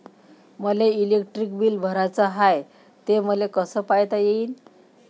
मले electric bill भराचं हाय, ते मले कस पायता येईन?